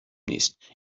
نیست